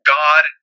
god